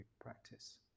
practice